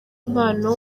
impano